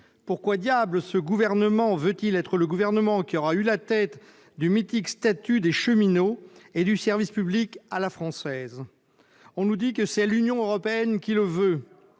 Pourquoi diable ce gouvernement veut-il être celui qui aura eu la tête du mythique statut des cheminots et du service public à la française ? On nous dit que c'est l'Union européenne qui le veut.